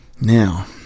Now